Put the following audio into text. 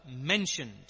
mentioned